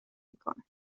میکند